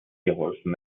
geholfen